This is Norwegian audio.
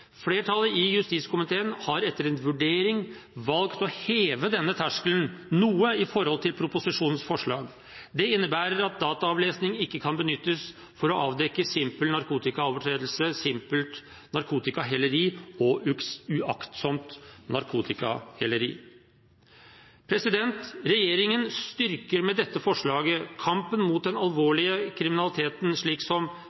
Flertallet i justiskomiteen har etter en vurdering valgt å heve denne terskelen noe i forhold til proposisjonens forslag. Det innebærer at dataavlesning ikke kan benyttes for å avdekke simpel narkotikaovertredelse, simpelt narkotikaheleri og uaktsomt narkotikaheleri. Regjeringen styrker med dette forslaget kampen mot den alvorligste kriminaliteten, slik som